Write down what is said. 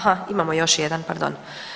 Aha, imamo još jedan, pardon.